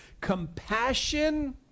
Compassion